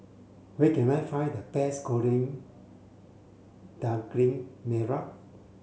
where can I find the best goreng daging merah